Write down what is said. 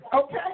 Okay